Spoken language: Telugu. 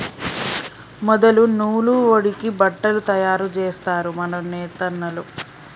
మొదలు నూలు వడికి బట్టలు తయారు జేస్తరు మన నేతన్నలు